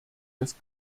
des